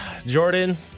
Jordan